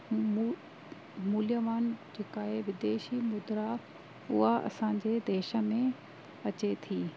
मू मूल्यवान जेका आहे विदेशी मुद्रा उहा असांजे देश में अचे थी